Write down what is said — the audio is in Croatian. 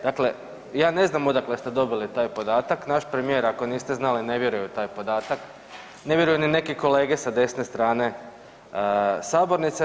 Dakle, ja ne znam odakle ste dobili taj podatak, naš premijer ako niste znali ne vjeruje u taj podatak, ne vjeruju ni neke kolete sa desne strane sabornice.